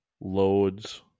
loads